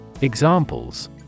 Examples